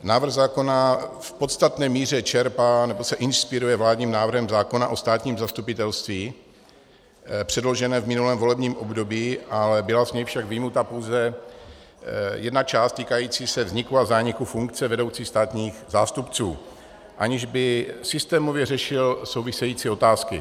Návrh zákona v podstatné míře čerpá, nebo se inspiruje vládním návrhem zákona o státním zastupitelství předloženým v minulém volebním období, byla z něj však vyjmuta pouze jedna část týkající se vzniku a zániku funkce vedoucích státních zástupců, aniž by systémově řešil související otázky.